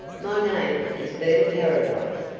my name is bird of paradise.